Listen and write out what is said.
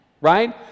right